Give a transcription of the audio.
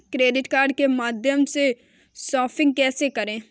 Credit card के माध्यम से शॉपिंग कैसे करें?